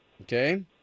Okay